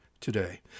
today